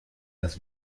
das